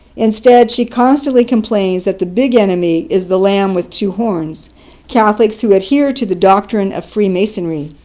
instead she constantly complains that the big enemy is the lamb with two horns catholics who adhere to the doctrine of freemasonry.